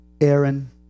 Aaron